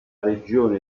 regione